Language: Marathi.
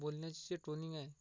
बोलण्याची टोनिंग आहे